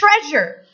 treasure